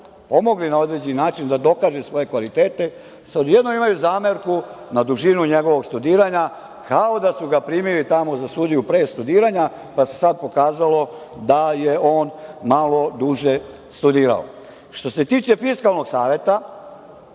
pomogli na određeni način da dokaže svoje kvalitete, odjednom imaju zamerku na dužinu njegovog studiranja, kao da su ga primili tamo za sudiju pre studiranja, pa se sad pokazalo da je on malo duže studirao. Što se tiče Fiskalnog saveta,